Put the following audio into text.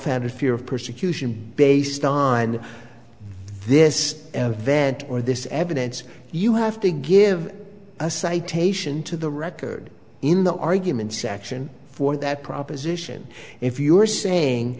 fear of persecution based on this event or this evidence you have to give a citation to the record in the argument section for that proposition if you are saying